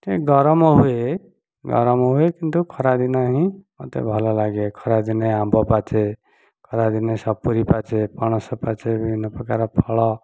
ଟିକେ ଗରମ ହୁଏ ଗରମ ହୁଏ କିନ୍ତୁ ଖରା ଦିନ ହିଁ ମତେ ଭଲ ଲାଗେ ଖରା ଦିନେ ଆମ୍ବ ପାଚେ ଖରାଦିନେ ସପୁରୀ ପାଚେ ପଣସ ପାଚେ ବିଭିନ୍ନ ପ୍ରକାର ଫଳ